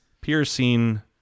piercing